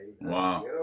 Wow